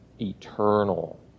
eternal